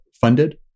funded